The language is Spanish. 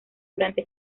durante